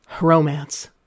romance